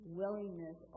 willingness